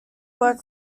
work